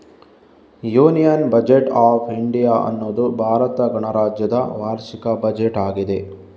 union budget of India ಅನ್ನುದು ಭಾರತ ಗಣರಾಜ್ಯದ ವಾರ್ಷಿಕ ಬಜೆಟ್ ಆಗಿದೆ